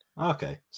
Okay